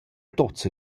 tuots